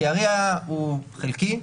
כי ה-RIA הוא חלקי,